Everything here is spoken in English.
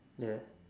yes